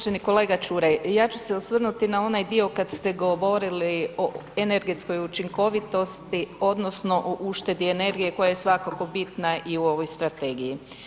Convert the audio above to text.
Uvaženi kolega Čuraj, ja ću se osvrnuti na onaj dio kad ste govorili o energetskoj učinkovitosti odnosno o uštedi energiji koja je svakako bitna i u ovoj strategiji.